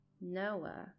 Noah